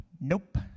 nope